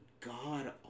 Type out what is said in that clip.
god